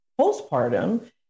postpartum